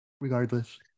regardless